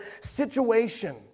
situation